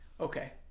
Okay